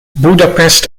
budapest